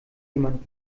jemand